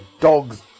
dog's